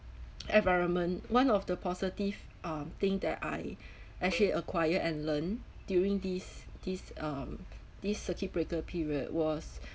environment one of the positive um thing that I actually acquired and learned during this this um this circuit breaker period was